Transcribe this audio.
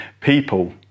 people